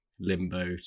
limbo